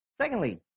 Secondly